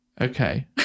Okay